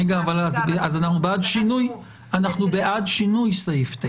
אז אנחנו בעד שינוי סעיף (ט).